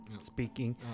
speaking